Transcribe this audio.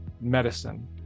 medicine